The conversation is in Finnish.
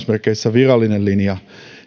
virallinen linja